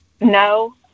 No